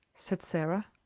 said sara.